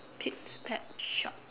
pete's pet shop